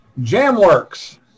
Jamworks